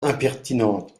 impertinente